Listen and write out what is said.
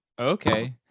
okay